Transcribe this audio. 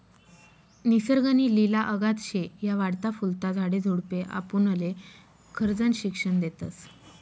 निसर्ग नी लिला अगाध शे, या वाढता फुलता झाडे झुडपे आपुनले खरजनं शिक्षन देतस